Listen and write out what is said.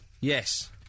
Yes